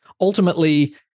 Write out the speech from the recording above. Ultimately